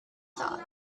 thought